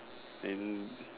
then